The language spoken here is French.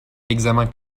l’examen